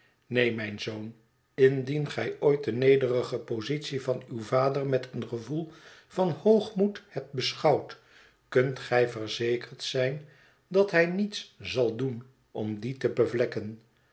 neen mijn zoon indien gij ooit de nederige positie van uw vader met een gevoel van hoogmoed hebt beschouwd kunt gij verzekerd zijn dat hij niets zal doen om die te bevlekken